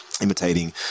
imitating